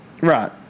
Right